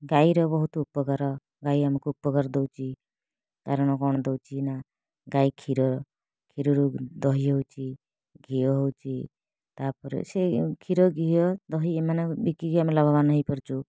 ଗାଈର ବହୁତ ଉପକାର ଗାଈ ଆମକୁ ଉପକାର ଦେଉଛି କାରଣ କ'ଣ ଦେଉଛି ନା ଗାଈ କ୍ଷୀର କ୍ଷୀରରୁ ଦହି ହେଉଛି ଘିଅ ହେଉଛି ତା'ପରେ ସେ କ୍ଷୀର ଘିଅ ଦହି ଏମାନେ ବିକିକି ଆମେ ଲାଭବାନ ହେଇପାରୁଛୁ